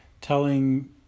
telling